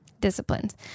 disciplines